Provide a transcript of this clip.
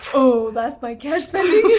oh, that's my cash spending!